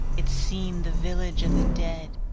it seemed the village of the dead.